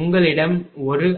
உங்களிடம் ஒரு